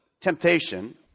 temptation